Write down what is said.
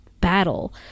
battle